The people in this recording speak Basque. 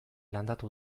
landatu